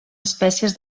espècies